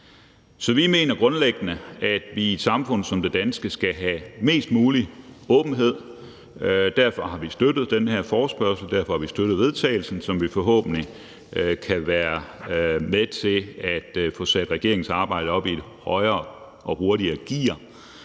Så vi mener grundlæggende, at vi i et samfund som det danske skal have mest mulig åbenhed. Derfor har vi støttet den her forespørgsel, og derfor har vi støttet forslaget til vedtagelse, og vi kan forhåbentlig være med til at få sat regeringens arbejde op i et højere og hurtigere gear.